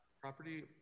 property